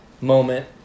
moment